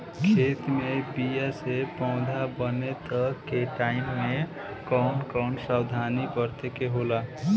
खेत मे बीया से पौधा बने तक के टाइम मे कौन कौन सावधानी बरते के होला?